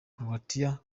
croatia